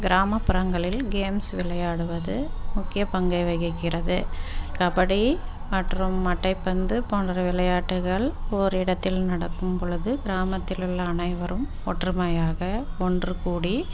கிராமப்புறங்களில் கேம்ஸ் விளையாடுவது முக்கிய பங்கு வகிக்கிறது கபடி மற்றும் மட்டைப் பந்து போன்ற விளையாட்டுகள் ஓரிடத்தில் நடக்கும் பொழுது கிராமத்தில் உள்ள அனைவரும் ஒற்றுமையாக ஒன்று கூடி